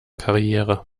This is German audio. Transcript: karriere